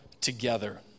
together